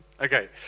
Okay